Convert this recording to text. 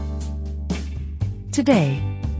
Today